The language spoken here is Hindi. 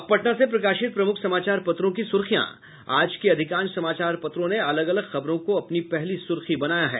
अब पटना से प्रकाशित प्रमुख समाचार पत्रों की सुर्खियां आज के अधिकांश समाचार पत्रों ने अलग अलग खबरों को अपनी पहली सुर्खी बनायी है